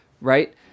right